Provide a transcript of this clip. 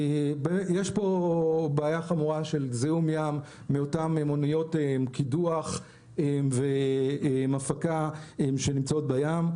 יש פה בעיה חמורה של זיהום ים מאותן אוניות קידוח והפקה שנמצאות בים.